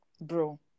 bro